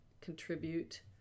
contribute